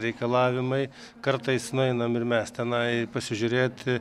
reikalavimai kartais nueinam ir mes tenai pasižiūrėti